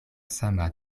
sama